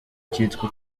kitwa